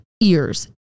ears